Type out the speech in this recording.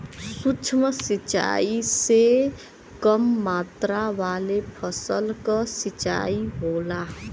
सूक्ष्म सिंचाई से कम मात्रा वाले फसल क सिंचाई होला